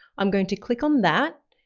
i'm going to click on that,